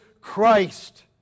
Christ